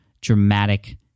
dramatic